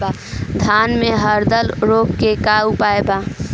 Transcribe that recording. धान में हरदा रोग के का उपाय बा?